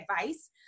advice